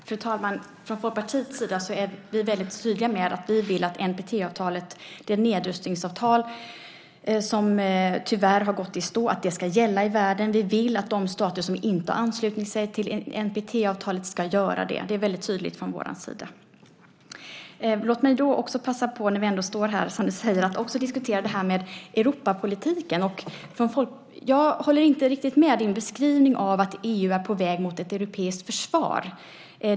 Fru talman! Från Folkpartiets sida är vi väldigt tydliga med att vi vill att NPT - det nedrustningsavtal som tyvärr har gått i stå - ska gälla i världen. Vi vill att de stater som inte har anslutit sig till NPT ska göra det. Det är väldigt tydligt från vår sida. Låt mig också passa på, när vi ändå står här som du säger, att också ta upp Europapolitiken. Jag håller inte riktigt med om din beskrivning av att EU är på väg mot ett europeiskt försvar.